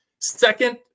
Second